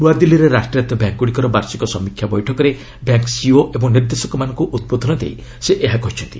ନୃଆଦିଲ୍ଲୀରେ ରାଷ୍ଟ୍ରାୟତ ବ୍ୟାଙ୍କ୍ଗୁଡ଼ିକର ବାର୍ଷିକ ସମୀକ୍ଷା ବୈଠକରେ ବ୍ୟାଙ୍କ ସିଇଓ ଏବଂ ନିର୍ଦ୍ଦେଶକମାନଙ୍କୁ ଉଦ୍ବୋଧନ ଦେଇ ସେ ଏହା କହିଛନ୍ତି